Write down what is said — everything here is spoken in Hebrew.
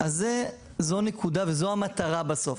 זאת נקודה וזאת המטרה בסוף.